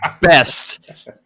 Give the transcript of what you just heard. best